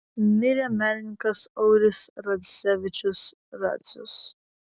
mirė menininkas auris radzevičius radzius